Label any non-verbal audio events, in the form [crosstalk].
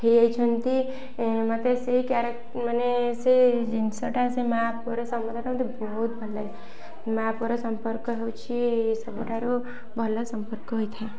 ହେଇଯାଇଛନ୍ତି ମୋତେ ସେ [unintelligible] ମାନେ ସେ ଜିନିଷଟା ସେ ମାଆ ପୁଅର ସମ୍ବନ୍ଧଟା ମୋତେ ବହୁତ ଭଲ ଲାଗେ ମାଆ ପୁଅର ସମ୍ପର୍କ ହେଉଛି ସବୁଠାରୁ ଭଲ ସମ୍ପର୍କ ହୋଇଥାଏ